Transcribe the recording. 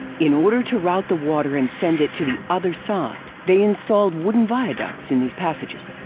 in order to route the water and send it to the other side, they installed wooden viaducts in these passages.